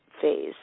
phase